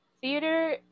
theater